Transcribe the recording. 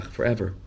Forever